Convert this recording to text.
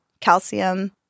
calcium